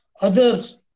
others